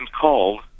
called